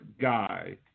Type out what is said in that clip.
guy